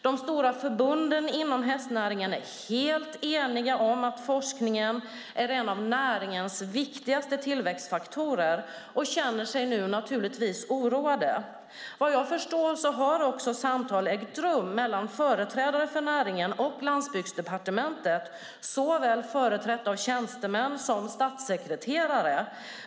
De stora förbunden inom hästnäringen är helt eniga om att forskningen är en av näringens viktigaste tillväxtfaktorer och känner sig givetvis oroade. Vad jag förstår har samtal ägt rum mellan företrädare för näringen och Landsbygdsdepartementet, företrätt av såväl tjänstemän som statssekreterare.